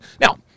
Now